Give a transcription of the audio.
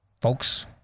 folks